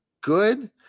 good